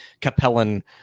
capellan